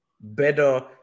better